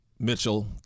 Mitchell